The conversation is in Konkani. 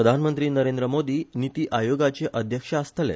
प्रधानमंत्री नरेंद्र मोदी निती आयोगाचे अध्यक्ष आसतले